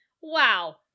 Wow